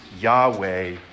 Yahweh